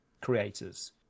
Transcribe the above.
creators